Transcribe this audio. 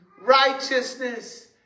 Righteousness